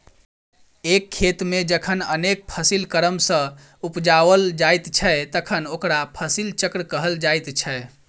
एक खेत मे जखन अनेक फसिल क्रम सॅ उपजाओल जाइत छै तखन ओकरा फसिल चक्र कहल जाइत छै